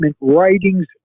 Writings